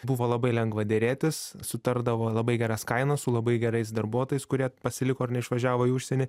buvo labai lengva derėtis sutardavo labai geras kainas su labai gerais darbuotojais kurie pasiliko ar neišvažiavo į užsienį